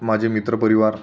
माझे मित्र परिवार